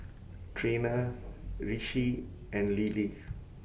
Trina Ricci and Lilie